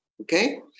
okay